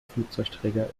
flugzeugträger